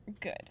good